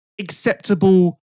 acceptable